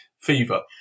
fever